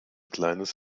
kleines